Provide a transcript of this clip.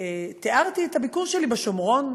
שבו תיארתי את הביקור שלי בשומרון,